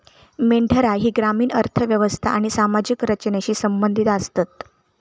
मेंढरा ही ग्रामीण अर्थ व्यवस्था आणि सामाजिक रचनेशी संबंधित आसतत